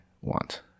want